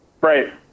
Right